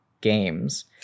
games